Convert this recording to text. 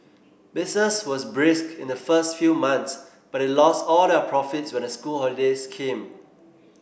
business was brisk in the first few months but they lost all their profits when the school holidays came